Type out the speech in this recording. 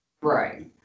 right